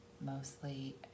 mostly